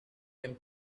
them